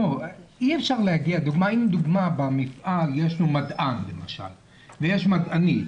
למשל במפעל יש מדען ויש מדענית.